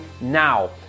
now